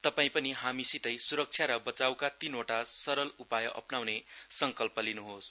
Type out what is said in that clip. तपाई पनि हामीसितै सुरक्षा र बचाइका तीन सरल उपायहरू अप्नाउने संकल्प गर्नुहोस्